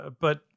But-